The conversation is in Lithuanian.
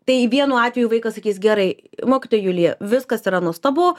tai vienu atveju vaikas sakys gerai mokytoja julija viskas yra nuostabu